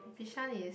bishan is